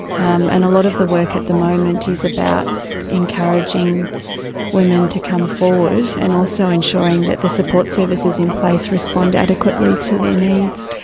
um and a lot of the work at the moment is about encouraging women to come forward and also ensuring that the support services in place respond adequately to their needs.